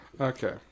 Okay